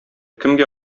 кемгә